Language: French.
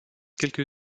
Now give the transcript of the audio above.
quelques